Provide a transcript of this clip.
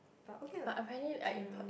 but okay lah generally